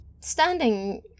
standing